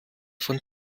von